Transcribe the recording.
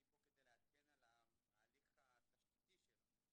אני כאן כדי לעדכן על ההליך התשתיתי שלו.